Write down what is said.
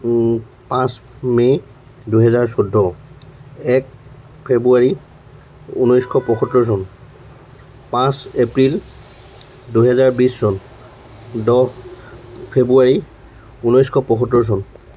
পাঁচ মে' দুহেজাৰ চৈধ্য এক ফেব্ৰুৱাৰী ঊনৈছশ পঁসত্তৰ চন পাঁচ এপ্ৰিল দুহেজাৰ বিছ চন দহ ফেব্ৰুৱাৰী ঊনৈছশ পঁসত্তৰ চন